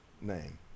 name